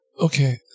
Okay